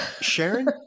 sharon